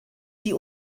die